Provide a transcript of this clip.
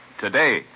Today